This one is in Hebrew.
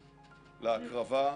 לאוניברסיטאות,